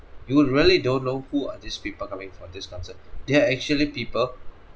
you really don't know who are these people coming for this concert they are actually people